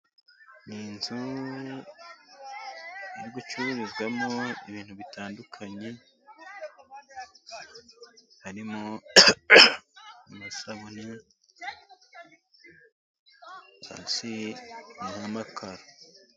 N'inzu zicururizwamo ibintu bitandukanye harimo amasabune ndetse n'amakara.